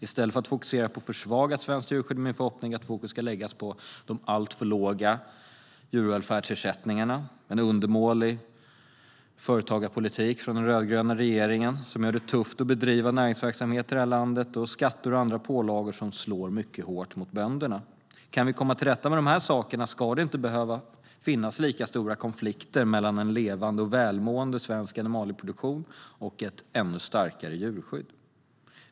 I stället för att fokusera på ett försvagat svenskt djurskydd är min förhoppning att fokus ska läggas på de alltför låga djurvälfärdsersättningarna, på en undermålig företagarpolitik från den rödgröna regeringen som gör det tufft att bedriva näringsverksamhet i det här landet och på skatter och andra pålagor som slår mot mycket hårt mot bönderna. Om vi kan komma till rätta med dessa saker ska det inte behöva finnas lika stora konflikter mellan en levande och välmående svensk animalieproduktion och ett ännu starkare djurskydd.